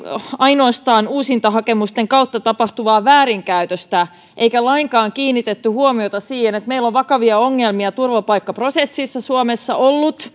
ainoastaan uusintahakemusten kautta tapahtuvaa väärinkäytöstä eikä lainkaan kiinnitetty huomiota siihen että meillä on ollut vakavia ongelmia turvapaikkaprosessissa suomessa